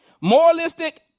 Moralistic